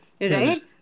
Right